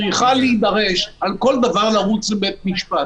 יש הרבה החלטות.